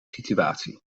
situatie